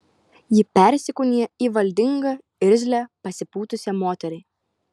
ji persikūnijo į valdingą irzlią pasipūtusią moterį